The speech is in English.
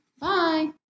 Bye